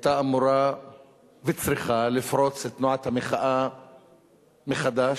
היתה אמורה וצריכה לפרוץ תנועת המחאה מחדש,